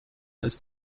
ist